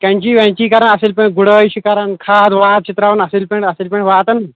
کیٚنچی ویٚنچی کَرَان اَصٕل پٲٹھۍ گُڈٲے چھِ کَرَان کھاد واد چھِ ترٛاوَان اَصٕل پٲٹھۍ اَصٕل پٲٹھۍ واتَان